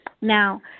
Now